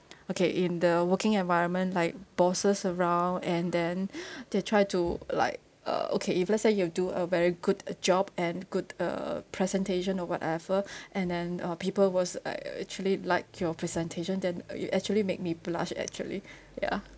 okay in the working environment like bosses around and then they try to like uh okay if let's say you do a very good uh job and good uh presentation or whatever and then uh people was uh actually like your presentation than uh it actually make me blush actually ya